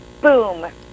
boom